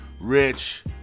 Rich